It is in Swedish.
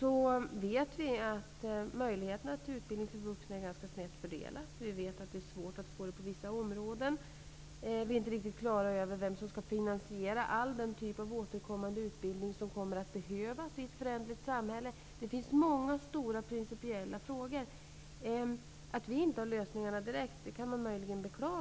har gjort mycket i Sverige vet vi att möjligheterna till utbildning för vuxna är ganska snett fördelade. Vi vet att det är svårt att få utbildning på vissa områden. Vi är inte riktigt klara över vem som skall finansiera all den typ av återkommande utbildning som kommer att behövas i ett föränderligt samhälle. Det finns många stora principiella frågor att lösa. Man kan möjligen beklaga att vi inte har lösningarna direkt.